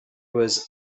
was